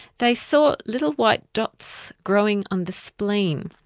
they saw little white dots growing on the spleen,